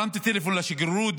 הרמתי טלפון לשגרירות.